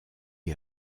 est